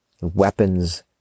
Weapons